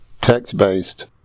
text-based